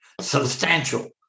substantial